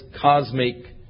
cosmic